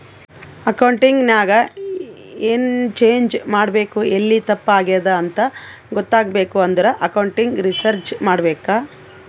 accounting ನಾಗ್ ಎನ್ change ಮಾಡ್ಬೇಕ್ ಎಲ್ಲಿ ತಪ್ಪ ಆಗ್ಯಾದ್ ಅಂತ ಗೊತ್ತಾಗ್ಬೇಕ ಅಂದುರ್ ಅಕೌಂಟಿಂಗ್ ರಿಸರ್ಚ್ ಮಾಡ್ಬೇಕ್